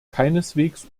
keineswegs